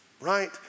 right